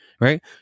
Right